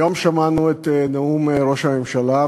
היום שמענו את נאום ראש הממשלה,